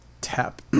tap